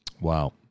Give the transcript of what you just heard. Wow